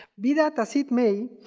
be that as it may,